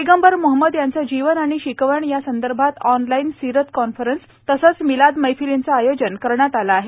पैगम्बर मोहम्मद यांचे जीवन आणि शिकवण या संदर्भात ऑनलाइन सीरत कॉन्फरन्स तसेच मिलाद मैफिलीचं आयोजन केले आहे